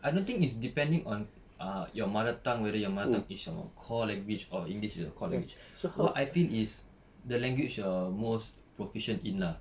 I don't think it's depending on ah your mother tongue whether your mother tongue is your core language or english is your core language what I think is the language you're most proficient in lah